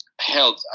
health